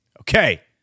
Okay